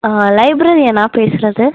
லைப்ரரியனா பேசுகிறது